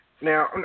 Now